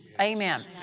Amen